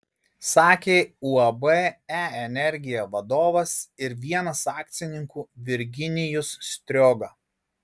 sakė uab e energija vadovas ir vienas akcininkų virginijus strioga